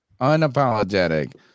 unapologetic